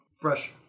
fresh